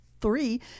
three